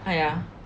!aiya!